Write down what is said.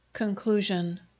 Conclusion